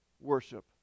worship